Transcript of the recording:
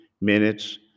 minutes